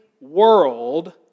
world